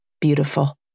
beautiful